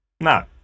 No